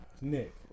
Nick